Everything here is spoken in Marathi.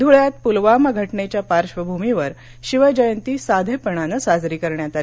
धुळ्यात पुलवामा घटनेच्या पार्श्वभूमीवर शिवजयंती साधेपणानं साजरी करण्यात आली